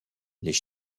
les